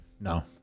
No